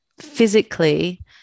physically